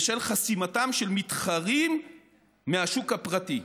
בשל חסימתם של מתחרים מהשוק הפרטי".